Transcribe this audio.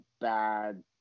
bad